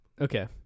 okay